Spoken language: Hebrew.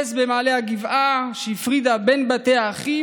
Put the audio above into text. טיפס במעלה הגבעה שהפרידה בין בתי האחים